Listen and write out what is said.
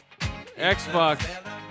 Xbox